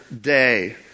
day